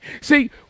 See